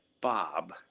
Bob